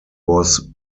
was